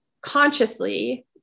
consciously